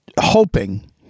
hoping